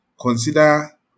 Consider